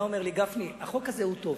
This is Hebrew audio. היה אומר לי: גפני, החוק הזה הוא טוב.